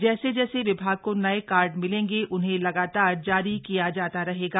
जैसे जैसे विभाग को नए कार्ड मिलेंगे उन्हें लगातार जारी किया जाता रहेगा